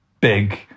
big